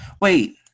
wait